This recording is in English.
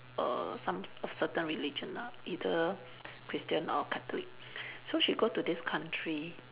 a some a certain religion lah either Christian or Catholic so she go to this country